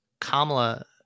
kamala